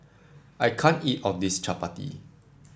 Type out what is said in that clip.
I can't eat all of this Chappati